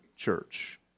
church